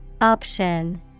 Option